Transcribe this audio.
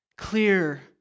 Clear